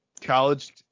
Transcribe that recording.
college